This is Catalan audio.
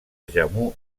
jammu